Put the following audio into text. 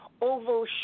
oval